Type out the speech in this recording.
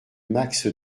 max